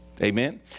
Amen